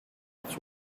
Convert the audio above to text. its